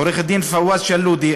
עורך-דין פואז שלודי,